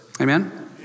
Amen